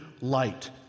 light